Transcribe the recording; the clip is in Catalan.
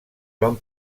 van